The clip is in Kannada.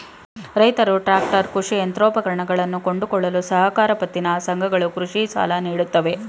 ರೈತ್ರು ಟ್ರ್ಯಾಕ್ಟರ್, ಕೃಷಿ ಯಂತ್ರೋಪಕರಣಗಳನ್ನು ಕೊಂಡುಕೊಳ್ಳಲು ಸಹಕಾರಿ ಪತ್ತಿನ ಸಂಘಗಳು ಕೃಷಿ ಸಾಲ ನೀಡುತ್ತವೆ